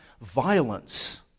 violence